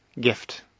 gift